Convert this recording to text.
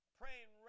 praying